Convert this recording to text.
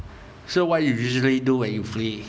so what you usually do it you free